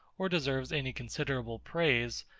or deserves any considerable praise,